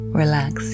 relax